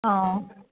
অঁ